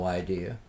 idea